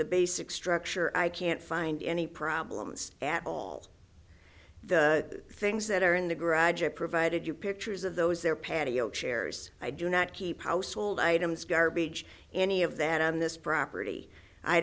he basic structure i can't find any problems at all the things that are in the garage i provided you pictures of those there patio chairs i do not keep household items garbage any of that on this property i